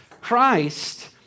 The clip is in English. Christ